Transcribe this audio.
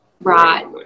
right